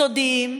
סודיים,